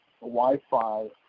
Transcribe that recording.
Wi-Fi